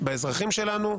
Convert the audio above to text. באזרחים שלנו,